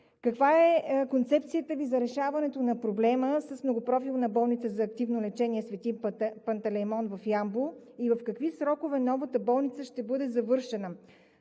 каква е концепцията Ви за решаване на проблема с Многопрофилната болница за активно лечение „Св. Пантелеймон“ в Ямбол и в какви срокове новата болница ще бъде завършена?